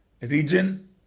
region